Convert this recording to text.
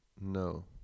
No